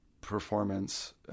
performance